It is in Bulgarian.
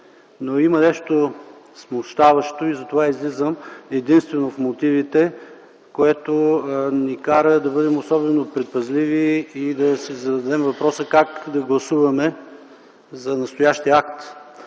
Но има нещо смущаващо единствено в мотивите, което ни кара да бъдем особено предпазливи и да си зададем въпроса как да гласуваме за настоящия акт.